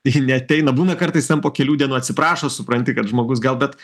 i neateina būna kartais ten po kelių dienų atsiprašo supranti kad žmogus gal bet